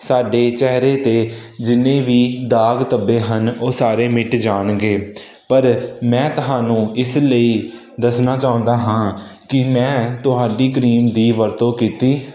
ਸਾਡੇ ਚਿਹਰੇ 'ਤੇ ਜਿੰਨੇ ਵੀ ਦਾਗ ਧੱਬੇ ਹਨ ਉਹ ਸਾਰੇ ਮਿਟ ਜਾਣਗੇ ਪਰ ਮੈਂ ਤੁਹਾਨੂੰ ਇਸ ਲਈ ਦੱਸਣਾ ਚਾਹੁੰਦਾ ਹਾਂ ਕਿ ਮੈਂ ਤੁਹਾਡੀ ਕਰੀਮ ਦੀ ਵਰਤੋਂ ਕੀਤੀ